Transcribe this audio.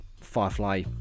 Firefly